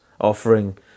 offering